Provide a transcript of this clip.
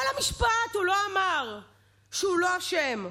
כל המשפט הוא לא אמר שהוא לא אשם,